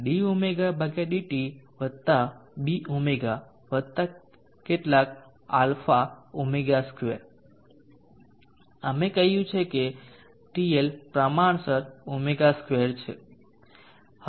dωdt વત્તા Bω વત્તા કેટલાક α ω2 અમે કહ્યું કે TL પ્રમાણસર ω2 છે